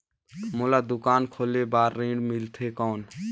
मोला दुकान खोले बार ऋण मिलथे कौन?